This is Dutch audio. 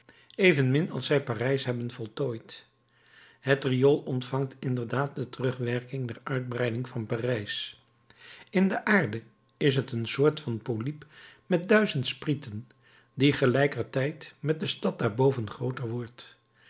evenmin als zij parijs hebben voltooid het riool ontvangt inderdaad de terugwerking der uitbreiding van parijs in de aarde is t een soort van polyp met duizend sprieten die gelijkertijd met de stad daarboven grooter wordt